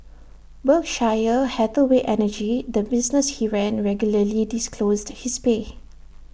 Berkshire Hathaway energy the business he ran regularly disclosed his pay